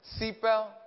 seatbelt